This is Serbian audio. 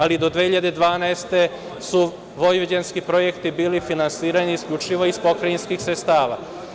Ali, do 2012. godine su vojvođanski projekti bili finansirani isključivo iz pokrajinskih sredstava.